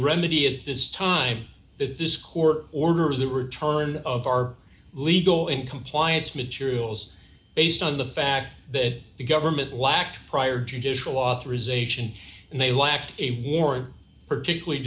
remedy at this time that this court order the return of our legal in compliance materials based on the fact that the government lacked prior judicial authorization and they lacked a warrant particularly